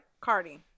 Cardi